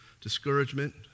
discouragement